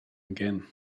again